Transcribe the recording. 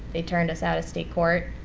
they turned us out of state court.